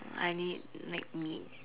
I need like meat